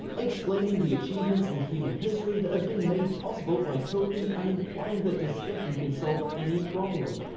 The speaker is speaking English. explaining the achievements in human history that have been made possible by talking and implying that discussion can solve any problem.